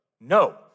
No